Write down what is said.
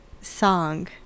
song